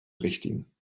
richtigen